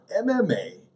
MMA